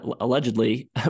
allegedly